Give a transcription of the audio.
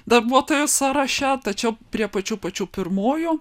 darbuotojų sąraše tačiau prie pačių pačių pirmųjų